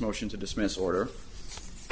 motion to dismiss order